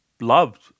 loved